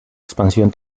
expansión